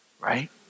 right